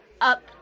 up